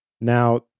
Now